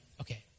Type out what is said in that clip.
Okay